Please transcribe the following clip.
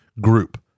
group